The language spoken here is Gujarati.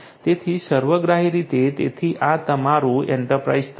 તેથી સર્વગ્રાહી રીતે તેથી આ તમારું એન્ટરપ્રાઇઝ સ્તર છે